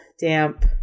damp